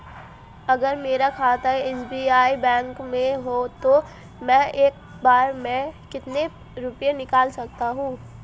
अगर मेरा खाता एस.बी.आई बैंक में है तो मैं एक बार में कितने रुपए निकाल सकता हूँ?